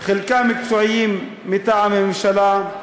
חלקם מקצועיים מטעם הממשלה,